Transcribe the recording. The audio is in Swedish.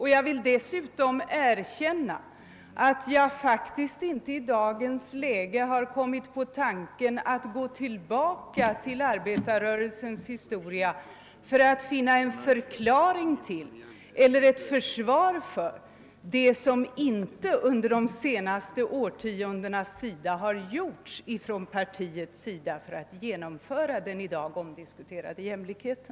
I dagens läge har jag faktiskt inte kommit på tanken att gå tillbaka till arbetarrörelsens historia för att finna en förklaring på eller ett försvar för det som regeringspartiet under de senaste årtiondena inte har gjort för att genomföra den i dag omdiskuterade jämlikheten.